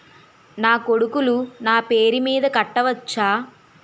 నా కొడుకులు నా పేరి మీద కట్ట వచ్చా?